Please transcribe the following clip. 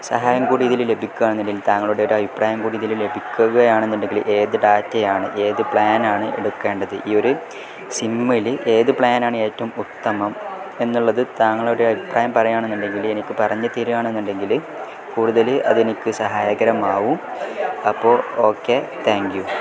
സഹായം കൂടി ഇതിൽ ലഭിക്കുകയാണെന്നുണ്ടെങ്കിൽ താങ്കളുടെ ഒരു അഭിപ്രായം കൂടി ഇതിൽ ലഭിക്കുകയാണെന്നുണ്ടെങ്കിൽ ഏതു ഡാറ്റയാണ് ഏതു പ്ലാനാണ് എടുക്കേണ്ടത് ഈ ഒരു സിമ്മിൽ ഏത് പ്ലാനാണ് ഏറ്റവും ഉത്തമം എന്നുള്ളത് താങ്കളുടെ അഭിപ്രായം പറയുകയാണെന്നുണ്ടെങ്കിൽ എനിക്ക് പറഞ്ഞു തരികയാണെന്നുണ്ടെങ്കിൽ കൂടുതൽ അതെനിക്ക് സഹായകരമാവും അപ്പോൾ ഓക്കെ താങ്ക് യു